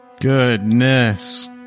Goodness